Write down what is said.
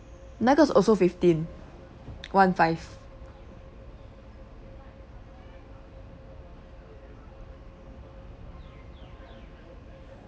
nuggets also fifteen one five